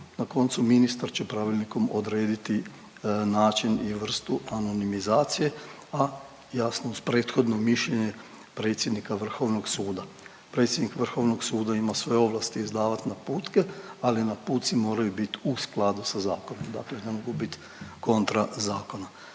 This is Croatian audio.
na koncu ministar će pravilnikom odrediti način i vrstu anonimizacije, a jasno uz prethodno mišljenje predsjednika Vrhovnog suda. Predsjednik Vrhovnog suda ima svoje ovlasti izdavat naputke, ali napuci moraju bit u skladu sa zakonom. Dakle ne mogu bit kontra zakona